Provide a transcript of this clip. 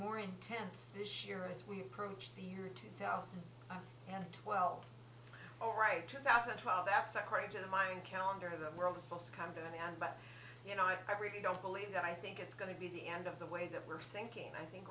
more intense this year as we approach the year two thousand and twelve zero right two thousand and twelve that's according to the mayan calendar the world is supposed to come to an end but you know i've really don't believe that i think it's going to be the end of the way that we're thinking and i think